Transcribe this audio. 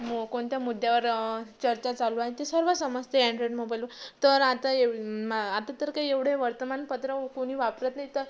मो कोणत्या मुद्द्यावर चर्चा चालू आहे ते सर्व समजते अँन्ड्रॉईड मोबाइलवर तर आता एव आता तर काही एवढे वर्तमानपत्र कोणी वापरत नाही तर